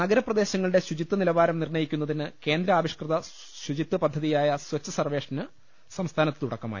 നഗരപ്രദേശങ്ങളുടെ ശുചിത്വ നിലവാരം നിർണയി ക്കുന്നതിന് കേന്ദ്രാവിഷ്കൃത ശുചിത്വപദ്ധതിയായ സൂച്ച് സർവേഷന് സംസ്ഥാനത്ത് തുടക്കമായി